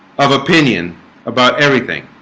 of opinion about everything